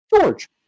George